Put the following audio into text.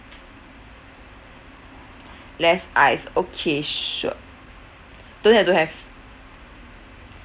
less ice okay sure don't have don't have